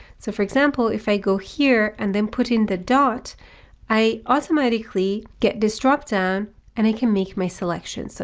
so for example, if i go here and then put in the dot i automatically get this dropdown and i can make my selection. so